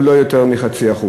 או לא יותר מ-0.5%,